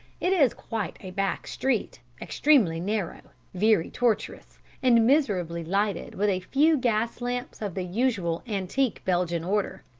it is quite a back street, extremely narrow, very tortuous, and miserably lighted with a few gas-lamps of the usual antique belgian order.